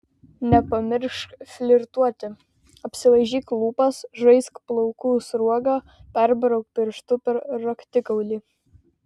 nepamiršk flirtuoti apsilaižyk lūpas žaisk plaukų sruoga perbrauk pirštu per raktikaulį